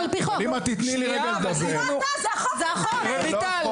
בבקשה, רויטל.